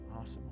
awesome